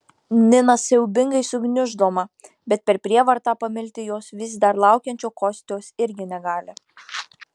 nina siaubingai sugniuždoma bet per prievartą pamilti jos vis dar laukiančio kostios irgi negali